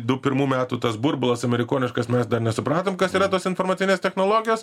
du pirmų metų tas burbulas amerikoniškas mes dar nesupratom kas yra tos informacinės technologijos